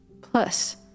Plus